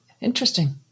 Interesting